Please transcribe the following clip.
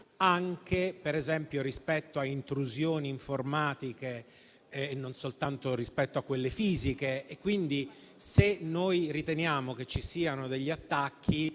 anche rispetto a intrusioni informatiche e non soltanto rispetto a quelle fisiche; quindi, se noi riteniamo che gli attacchi